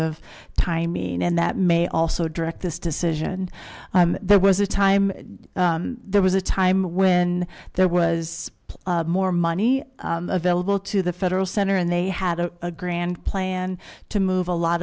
of timing and that may also direct this decision there was a time there was a time when there was more money available to the federal center and they had a grand plan to move a lot